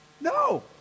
No